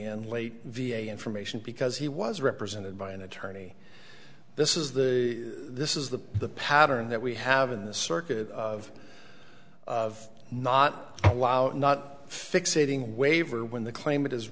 in late v a information because he was represented by an attorney this is the this is the the pattern that we have in the circuit of of not allowed not fixating waiver when the claim